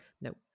No